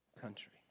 country